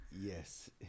Yes